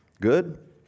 Good